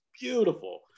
beautiful